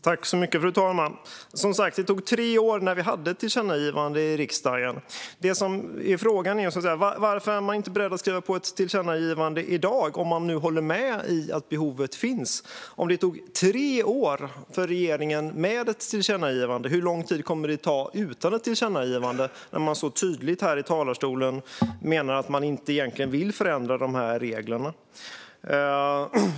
Fru talman! Som sagt, det tog tre år från det att riksdagen gjort sitt tillkännagivande. Frågan är: Varför är man inte beredd att skriva på ett tillkännagivande i dag om man håller med om att behovet finns? Om det tog tre år för regeringen med ett tillkännagivande, hur lång tid kommer det då att ta utan ett tillkännagivande? Man menar ju tydligt här i talarstolen att man inte vill förändra reglerna.